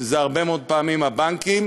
שזה הרבה מאוד פעמים הבנקים,